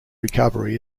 recovery